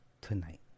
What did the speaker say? Tonight